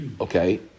Okay